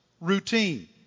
routine